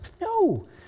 No